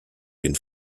den